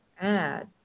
add